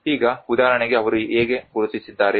ಈಗ ಉದಾಹರಣೆಗೆ ಅವರು ಹೇಗೆ ಗುರುತಿಸಿದ್ದಾರೆ